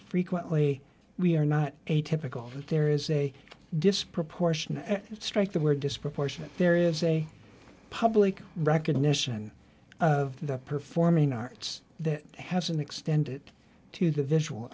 frequently we are not atypical there is a disproportion strike that we're disproportionate there is a public recognition of the performing arts that has been extended to the visual